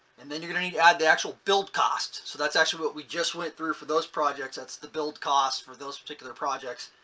and then you're going to need to add the actual build costs. so that's actually what we just went through for those projects. that's the build costs for those particular projects.